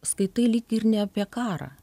skaitai lyg ir ne apie karą